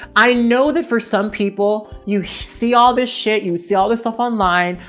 i know that for some people you see all this shit. you see all this stuff online.